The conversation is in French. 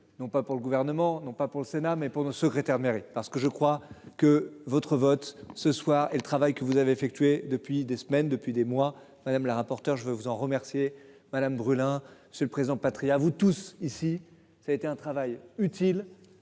Non pas pour le gouvernement, non pas pour le Sénat, mais pour le secrétaire mérite parce que je crois que votre vote ce soir et le travail que vous avez effectué depuis des semaines, depuis des mois. Madame la rapporteur je veux vous en remercier madame brûle hein c'est le président patrie à vous tous ici ça a été un travail utile